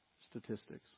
statistics